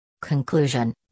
Conclusion